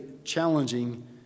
Challenging